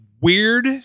weird